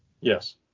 Yes